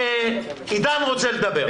עידן רוצה לדבר.